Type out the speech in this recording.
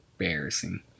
embarrassing